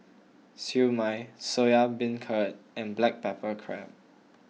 Siew Mai Soya Beancurd and Black Pepper Crab